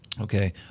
Okay